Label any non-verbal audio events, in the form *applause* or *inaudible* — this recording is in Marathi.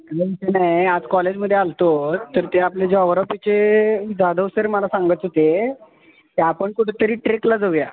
*unintelligible* नाही आज कॉलेजमध्ये आलो होतो तर ते आपले जे जॉग्रॉफीचे जादव सर मला सांगत होते ते आपण कुठेतरी ट्रेकला जाऊया